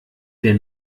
der